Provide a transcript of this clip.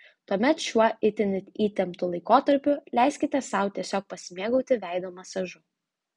tuomet šiuo itin įtemptu laikotarpiu leiskite sau tiesiog pasimėgauti veido masažu